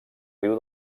riu